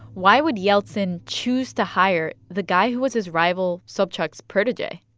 why would yeltsin choose to hire the guy who was his rival sobchak's protege?